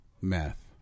meth